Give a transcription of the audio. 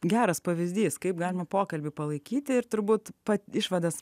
geras pavyzdys kaip galima pokalbį palaikyti ir turbūt pats išvadas